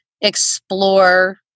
explore